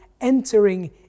entering